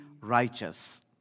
righteous